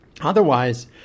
Otherwise